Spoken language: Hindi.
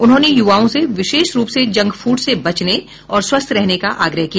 उन्होंने युवाओं से विशेष रूप से जंक फूड से बचने और स्वस्थ रहने का आग्रह किया